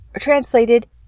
translated